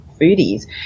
foodies